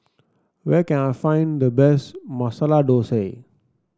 where can I find the best Masala Dosa